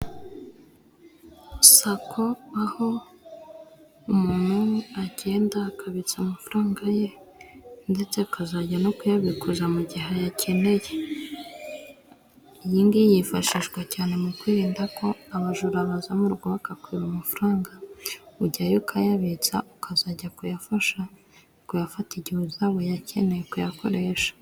Sako aho umuntu agenda akabitsa amafaranga ye ndetse akazajya no kuyabikuza mu gihe ayakeneye yifashishwa cyane mu kwirinda ko abajura baza bazamurwagakwiba amafara nga mu gihe ujyayo ukayabitsa ukazajya kuyafasha ngo yafa igihewe zabo ya akeneye kuyakoresha.